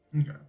Okay